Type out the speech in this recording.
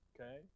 Okay